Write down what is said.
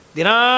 Dina